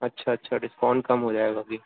اچھا اچھا ڈسکاؤنٹ کم ہو جائے گا ابھی